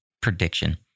prediction